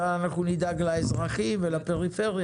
אנחנו נדאג לאזרחים ולפריפריה.